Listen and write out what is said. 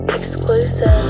exclusive